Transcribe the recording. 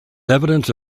evidence